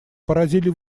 поразили